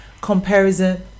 comparison